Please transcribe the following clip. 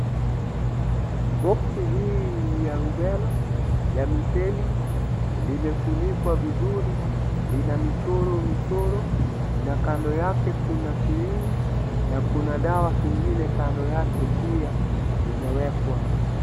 Boksi hii ya rubella ya miseli limefunikwa vizuri, lina michoro-michoro, na kando yake kuna sirinji na kuna dawa kingine kando yake pia imewekwa.